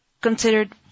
considered